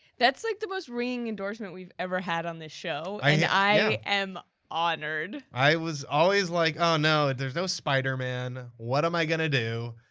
that's like the most ringing endorsement we've ever had on this show, i mean and i am honored. i was always like, oh no! there's no spider-man, what am i gonna do?